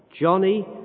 Johnny